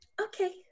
Okay